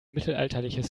mittelalterliches